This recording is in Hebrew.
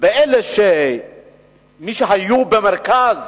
של אלה שהיו במרכז